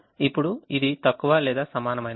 ఇప్పుడు ఇది తక్కువ లేదా సమానమైనది